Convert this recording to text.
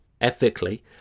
ethically